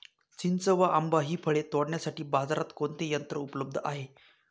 चिंच व आंबा हि फळे तोडण्यासाठी बाजारात कोणते यंत्र उपलब्ध आहे?